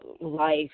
life